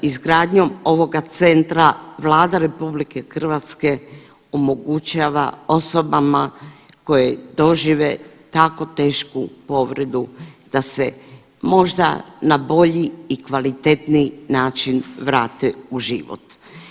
Izgradnjom ovoga centra Vlada RH omogućava osobama koje dožive tako tešku povredu da se možda na bolji i kvalitetniji način vrate u život.